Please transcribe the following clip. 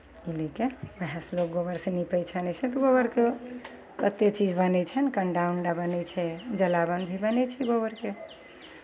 ई लऽ कऽ उएहसँ लोक गोबरसँ नीपै छनि ऐसे तऽ गोबरके कतेक चीज बनै छैन कण्डा उण्डा बनै छै जलावन बनै छै गोबरके